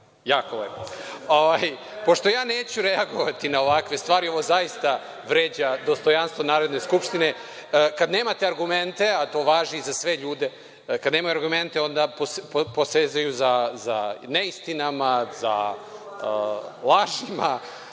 Jako lepo. Pošto ja neću reagovati na ovakve stvari, ovo zaista vređa dostojanstvo Narodne skupštine, kad nemate argumente, a to važi za sve ljude, kad nemaju argumente, onda posezaju za neistinama, za lažima,